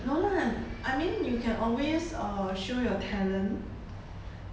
no lah I mean you can always uh show your talent